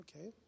Okay